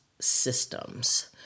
systems